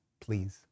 Please